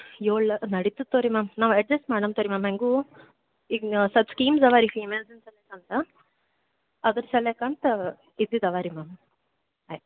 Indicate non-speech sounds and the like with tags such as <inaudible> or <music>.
ಏಳು ನಡೀತದೆ ತಗೋರಿ ಮ್ಯಾಮ್ ನಾವು ಎಜೆಸ್ಟ್ ಮಾಡೋಣ ತಗೋರಿ ಮ್ಯಾಮ್ ಹೇಗೂ ಈಗ ಸ್ವಲ್ಪ ಸ್ಕೀಮ್ ಅವೆ ರೀ <unintelligible> ಅಂತ ಅದ್ರ ಸಲ್ವಾಗಿ ಅಂತ ಇದ್ದಿದ್ದು ಅವ ರೀ ಮ್ಯಾಮ್ ಆಯ್ತ್